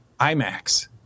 IMAX